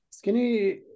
Skinny